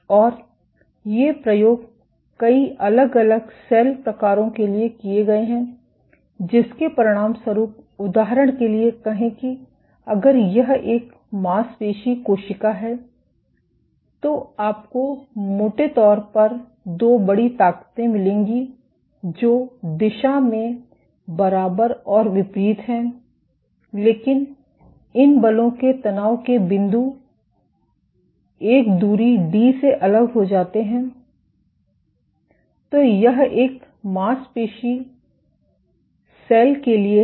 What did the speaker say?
और ये प्रयोग कई अलग अलग सेल प्रकारों के लिए किए गए हैं जिसके परिणामस्वरूप उदाहरण के लिए कहें कि अगर यह एक मांसपेशी कोशिका है तो आपको मोटे तौर पर दो बड़ी ताकतें मिलेंगी जो दिशा में बराबर और विपरीत हैं लेकिन इन बलों के तनाव के बिंदु एक दूरी डी से अलग हो जाते हैं तो यह एक मांसपेशी सेल के लिए है